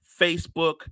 Facebook